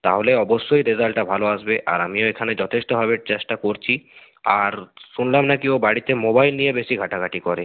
তাহলে অবশ্যই রেজাল্টটা ভালো আসবে আর আমিও এখানে যথেষ্টভাবে চেষ্টা করছি আর শুনলাম না কি ও বাড়িতে মোবাইল নিয়ে বেশি ঘাঁটাঘাঁটি করে